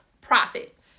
profit